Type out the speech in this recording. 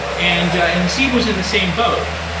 and ah and haseeb was in the same boat.